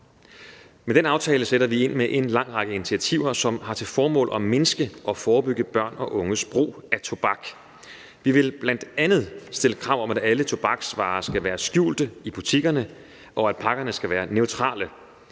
Med den aftale sætter vi ind med en lang række initiativer, som har til formål at mindske og forebygge børn og unges brug af tobak. Vi vil bl.a. stille krav om, at alle tobaksvarer skal være skjulte i butikkerne, og at pakkerne skal være neutrale.